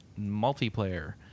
multiplayer